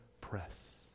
press